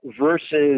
versus